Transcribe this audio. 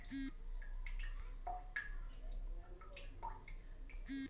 पिछला साल अनाज उत्पादन बेसि नी होल